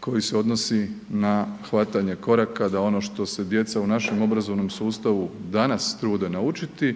koji se odnosi na hvatanje koraka da ono što se djeca u našem obrazovnom sustavu danas trude naučiti